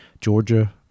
Georgia